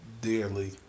dearly